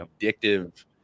addictive